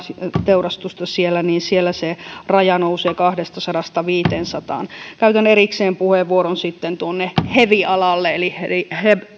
teurastusta sianlihan tuotannossa siellä se raja nousee kahdestasadasta viiteensataan käytän sitten erikseen puheenvuoron hevi alasta eli eli